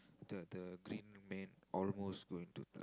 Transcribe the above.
the the green man almost going to